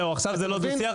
זה לא דו שיח,